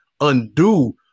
undo